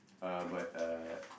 uh but uh